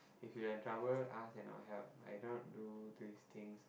if you're in trouble ask and I'll help I do not do these things